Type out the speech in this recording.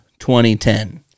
2010